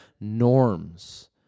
norms